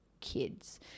kids